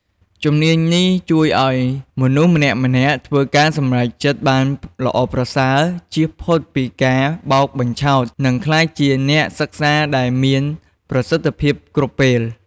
ជំនាញនេះជួយឲ្យមនុស្សម្នាក់ៗធ្វើការសម្រេចចិត្តបានល្អប្រសើរ ជៀសផុតពីការបោកបញ្ឆោត និងក្លាយជាអ្នកសិក្សាដែលមានប្រសិទ្ធភាពគ្រប់ពេល។